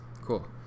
cool